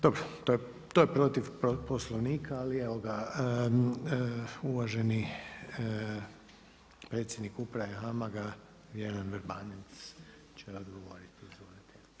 Dobro, to je protiv Poslovnika, ali evo ga, uvaženi predsjednik uprave HAMAG-a vjeran Vrbanec će odgovoriti.